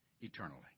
eternally